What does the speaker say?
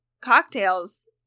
cocktails